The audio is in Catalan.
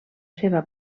seva